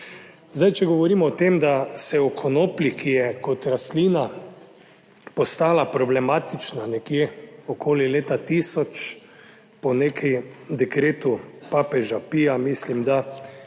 način. Če govorimo o tem, da se o konoplji, ki je kot rastlina postala problematična nekje okoli leta tisoč po nekem dekretu papeža Pija, mislim da,